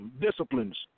disciplines